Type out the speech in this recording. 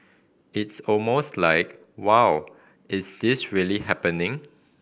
it's almost like wow is this really happening